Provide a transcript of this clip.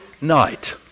night